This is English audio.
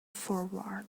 forward